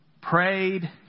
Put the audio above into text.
Prayed